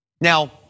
Now